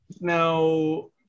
now